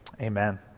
Amen